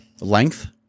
Length